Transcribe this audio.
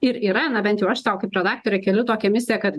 ir yra na bent jau aš sau kaip redaktorė keliu tokią misiją kad